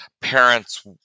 parents